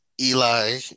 Eli